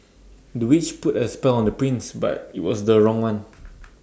the witch put A spell on the prince but IT was the wrong one